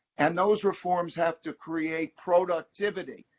and those reforms have to create productivity.